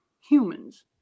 humans